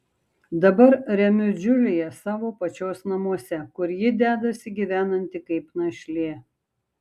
dabar remiu džiuliją savo pačios namuose kur ji dedasi gyvenanti kaip našlė